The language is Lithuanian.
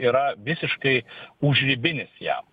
yra visiškai užribinis jam